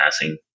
passing